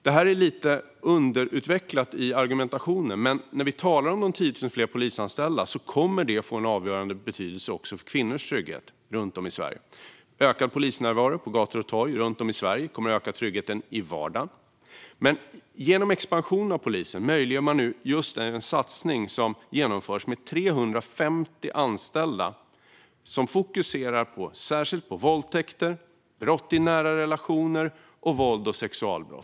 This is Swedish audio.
Detta är lite underutvecklat i argumentationen, men de 10 000 fler polisanställda som vi talar om kommer att få avgörande betydelse också för kvinnors trygghet runt om i Sverige. Ökad polisnärvaro på gator och torg runt om i Sverige kommer att öka tryggheten i vardagen. Men genom expansion av polisen möjliggörs nu också den satsning som genomförs med 350 anställda som särskilt fokuserar på våldtäkter, brott i nära relationer och vålds och sexualbrott.